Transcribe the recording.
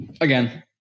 again